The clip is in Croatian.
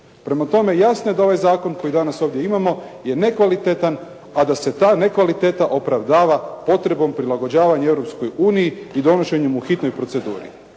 Prema tome jasno je da ovaj zakon koji danas ovdje imamo je nekvalitetan, a da se ta nekvaliteta opravdava potrebom prilagođavanja Europskoj uniji i donošenjem u hitnoj proceduri.